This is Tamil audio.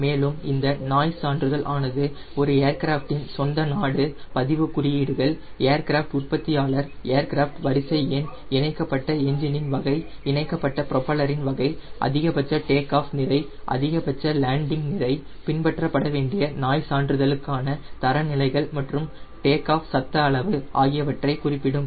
மேலும் இந்த நாய்ஸ் சான்றிதழ் ஆனது ஒரு ஏர்கிராஃப்டின் இன் சொந்த நாடு பதிவு குறியீடுகள் ஏர்கிராஃப்ட் உற்பத்தியாளர் ஏர்கிராஃப்ட் வரிசை எண் இணைக்கப்பட்ட எஞ்சினின் வகை இணைக்கப்பட்ட ப்ரோப்பலரின் வகை அதிகபட்ச டேக் ஆஃப் நிறை அதிகபட்ச லேண்டிங் நிறை பின்பற்றப்பட வேண்டிய நாய்ஸ் சான்றிதழுக்கான தரநிலைகள் மற்றும் டேக் ஆஃப் சத்த அளவு ஆகியவற்றை குறிப்பிடும்